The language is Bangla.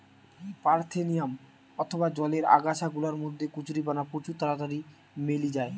পারথেনিয়াম অথবা জলের আগাছা গুলার মধ্যে কচুরিপানা প্রচুর তাড়াতাড়ি মেলি যায়